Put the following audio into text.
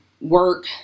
work